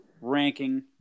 ranking